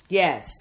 yes